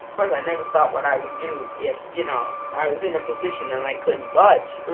course, i never thought what i would do if, you know, i was in a position and i couldn't budge.